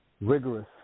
rigorous